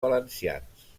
valencians